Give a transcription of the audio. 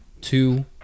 two